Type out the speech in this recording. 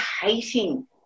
hating